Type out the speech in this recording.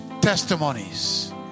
testimonies